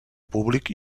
públic